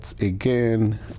again